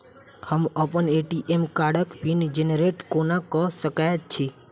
हम अप्पन ए.टी.एम कार्डक पिन जेनरेट कोना कऽ सकैत छी?